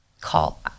call